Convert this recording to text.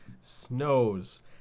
snows